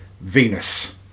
Venus